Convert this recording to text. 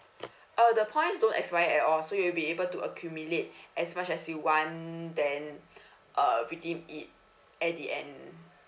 uh the points don't expired at all so you'll be able to accumulate as much as you want then uh redeem it at the end